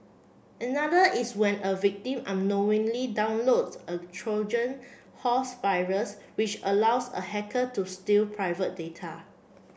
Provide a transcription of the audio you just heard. another is when a victim unknowingly downloads a Trojan horse virus which allows a hacker to steal private data